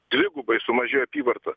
dvigubai sumažėjo apyvarta